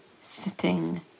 sitting